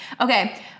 Okay